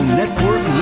network